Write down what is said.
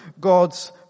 God's